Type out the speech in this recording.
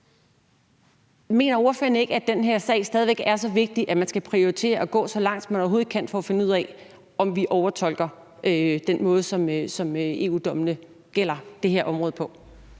Mener ordføreren ikke, at den her sag stadig væk er så vigtig, at man skal prioritere at gå så langt, som man overhovedet kan, for at finde ud af, om vi overtolker den måde, som EU-dommene gælder det her område på?